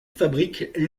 fabrique